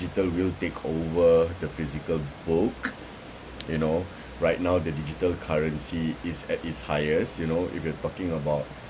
~tal will take over the physical book you know right now the digital currency is at its highest you know if you're talking about